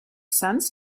sense